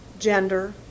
gender